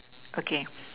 okay